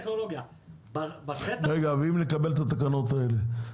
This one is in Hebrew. טכנולוגיה -- ואם נקבל את התקנות האלה,